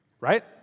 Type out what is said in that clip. Right